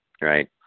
right